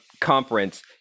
Conference